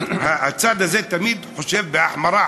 הצד הזה תמיד חושב בהחמרה,